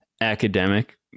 academic